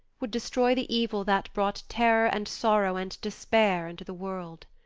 would destroy the evil that brought terror and sorrow and despair into the world.